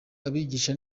abigisha